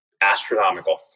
astronomical